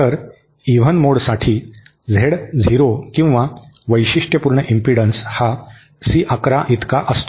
तर इव्हन मोडसाठी Z zero किंवा वैशिष्ट्यपूर्ण इम्पिडन्स हा सी 11 इतका असतो